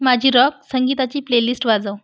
माझी रॉक संगीताची प्लेलिस्ट वाजव